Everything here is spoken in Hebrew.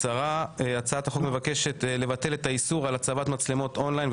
הצעת החוק מבקשת לבטל את האיסור על הצבת מצלמות און ליין,